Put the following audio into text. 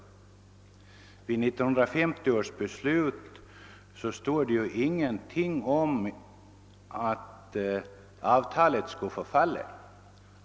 I 1950 års beslut stod det ingenting om att avtalet skulle förfalla.